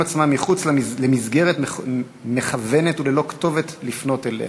עצמם מחוץ למסגרת מכוונת וללא כתובת לפנות אליה.